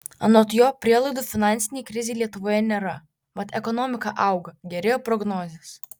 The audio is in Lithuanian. anot jo prielaidų finansinei krizei lietuvoje nėra mat ekonomika auga gerėja prognozės